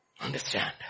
Understand